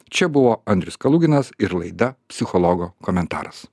čia buvo andrius kaluginas ir laida psichologo komentaras